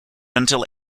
until